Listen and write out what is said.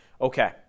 Okay